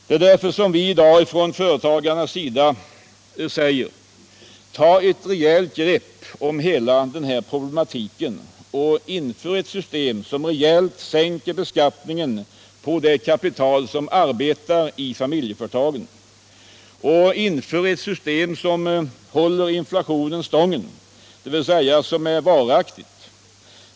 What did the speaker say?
Det är därför som vi i dag från företagarnas sida säger: Ta ett rejält grepp om hela den här problematiken och inför ett system som rejält sänker beskattningen på det kapital som arbetar i familjeföretagen! Och inför ett system som håller inflationen stången, dvs. som är varaktigt!